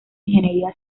ingeniería